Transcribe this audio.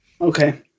Okay